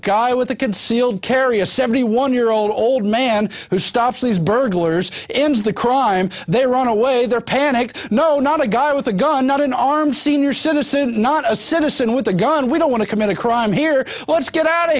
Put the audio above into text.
guy with a concealed carry a seventy one year old man who stuff these burglars into the crime they run away there panicked no not a guy with a gun not an armed senior citizen not a citizen with a gun we don't want to commit a crime here let's get out